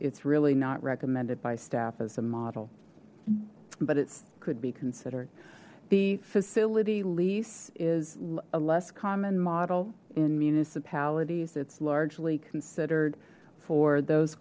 it's really not recommended by staff as a model but it could be considered the facility lease is a less common model in municipalities it's largely considered for those